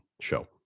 show